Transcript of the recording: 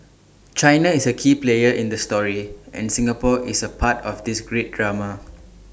China is A key player in the story and Singapore is A part of this great drama